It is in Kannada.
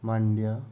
ಮಂಡ್ಯ